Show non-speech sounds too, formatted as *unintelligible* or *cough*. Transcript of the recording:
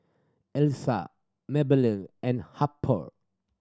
Elsa *unintelligible* and Harper